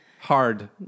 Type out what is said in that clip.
hard